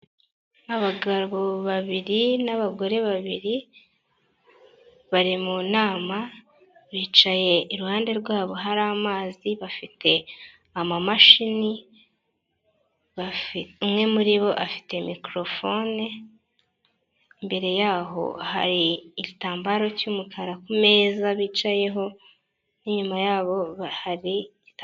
Abagabo babiri n abagore babiri bari mu nama bicaye iruhande rwabo hari amazi bafite amamashini, umwe muri bo afite microhone, imbere yaho hari igitambaro cy'umukara ku meza bicayeho n'inyuma yabo bahari igita.